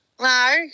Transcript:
No